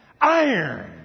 Iron